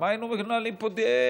על מה היינו מנהלים פה דיונים?